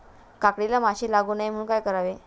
काकडीला माशी लागू नये म्हणून काय करावे?